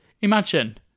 imagine